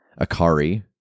Akari